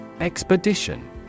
Expedition